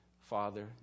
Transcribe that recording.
father